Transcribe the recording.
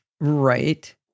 Right